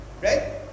right